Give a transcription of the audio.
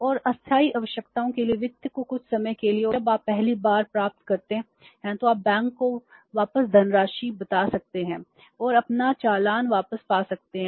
और अस्थायी आवश्यकताओं के लिए वित्त को कुछ समय के लिए और जब आप पहली बार प्राप्त करते हैं तो आप बैंक को वापस धनराशि बता सकते हैं और अपना चालान वापस पा सकते हैं